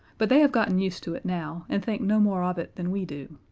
but they have gotten used to it now, and think no more of it than we do.